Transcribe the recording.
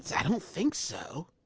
i don't think so.